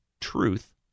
truth